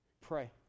Pray